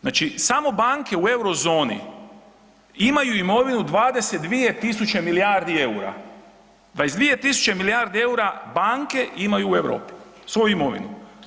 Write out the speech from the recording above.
Znači samo banke u Eurozoni imaju imovinu 22 tisuće milijardi eura, 22 tisuće milijardi eura banke imaju u Europi svoju imovinu.